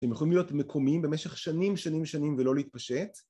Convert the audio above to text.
הם יכולים להיות מקומיים במשך שנים שנים שנים ולא להתפשט